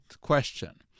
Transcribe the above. question